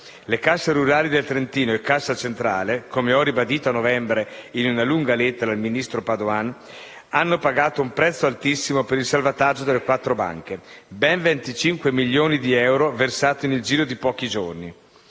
Le casse rurali del Trentino e la Cassa centrale, come ho ribadito a novembre in una lunga lettera al ministro Padoan, hanno pagato un prezzo altissimo per il salvataggio delle quattro banche: ben 25 milioni di euro versati nel giro di pochi giorni.